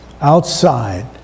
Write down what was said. outside